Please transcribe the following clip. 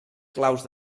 claus